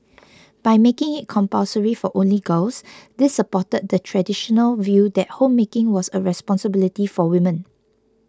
by making it compulsory for only girls this supported the traditional view that homemaking was a responsibility for women